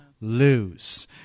lose